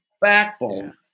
backbone